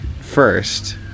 first